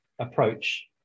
approach